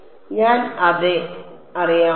അതിനാൽ ഞാൻ അതെ അറിയാം